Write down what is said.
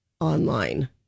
online